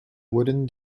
wooden